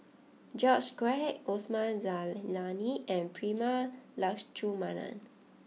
George Quek Osman Zailani and Prema Letchumanan